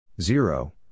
Zero